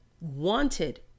wanted